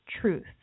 truth